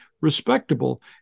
respectable